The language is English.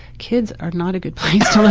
kids are not a good place